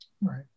right